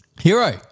Hero